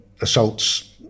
assaults